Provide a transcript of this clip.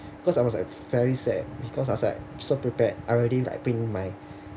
because I was like very sad because I was like so prepared already like print my